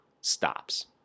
stops